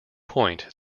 point